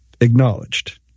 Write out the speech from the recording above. acknowledged